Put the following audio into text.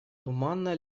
туманно